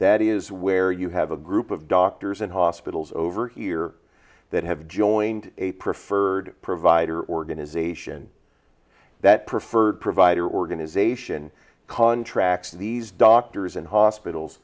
that is where you have a group of doctors and hospitals over here that have joined a preferred provider organization that preferred provider organization contracts to these doctors and hospitals